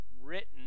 written